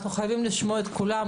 אנחנו חייבים לשמוע את כולם.